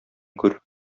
күр